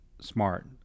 smart